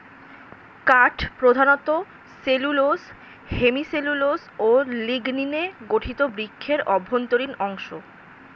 কাঠ প্রধানত cellulose, hemicellulose ও লিগনিনে গঠিত বৃক্ষের অভ্যন্তরীণ অংশ